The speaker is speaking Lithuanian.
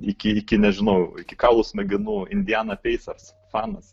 iki iki nežinau iki kaulų smegenų indiana peisas fanas